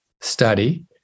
study